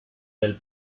del